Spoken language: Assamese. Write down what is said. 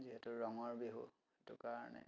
যিহেতু ৰঙৰ বিহু সেইটো কাৰণে